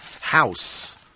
house